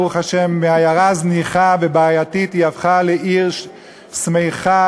ברוך השם: מעיירה זניחה ובעייתית היא הפכה לעיר שמחה,